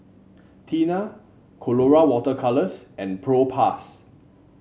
Tena Colora Water Colours and Propass